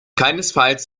keinesfalls